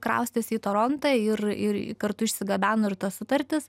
kraustėsi į torontą ir ir kartu išsigabeno ir tas sutartis